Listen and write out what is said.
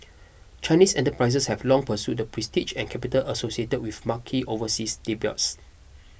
Chinese enterprises have long pursued the prestige and capital associated with marquee overseas debuts